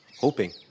hoping